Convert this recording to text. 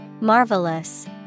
Marvelous